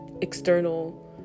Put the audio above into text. external